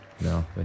no